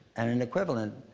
and an equivalent,